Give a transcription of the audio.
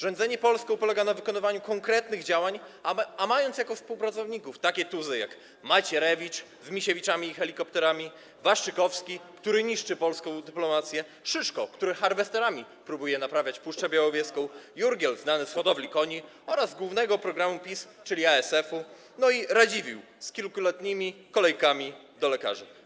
Rządzenie Polską polega na wykonywaniu konkretnych działań, a mając jako współpracowników takie tuzy, jak: Macierewicz, z Misiewiczami i helikopterami, Waszczykowski, który niszczy polską dyplomację, Szyszko, który harvesterami próbuje naprawiać Puszczę Białowieską, Jurgiel, znany z hodowli koni oraz głównego programu PiS, czyli dotyczącego ASF-u, no i Radziwiłł, z kilkuletnimi kolejkami do lekarzy.